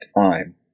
time